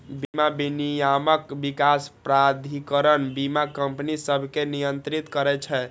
बीमा विनियामक विकास प्राधिकरण बीमा कंपनी सभकें नियंत्रित करै छै